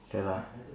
can lah